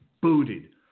booted